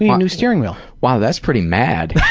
you know steering wheel. wow, that's pretty mad.